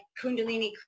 Kundalini